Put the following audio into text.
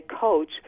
coach